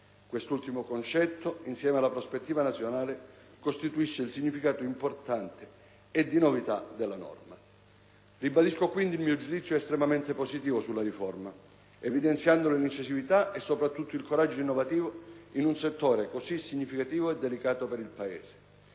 Quest'ultimo concetto, insieme alla prospettiva nazionale, costituisce il significato importante e di novità della norma. Ribadisco quindi il mio giudizio estremamente positivo su questa riforma, evidenziandone l'incisività e soprattutto il coraggio innovativo in un settore così significativo e delicato per il Paese.